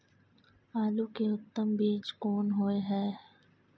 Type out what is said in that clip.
आलू के उत्तम बीज कोन होय है?